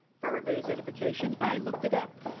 for everybody's edification i looked it up,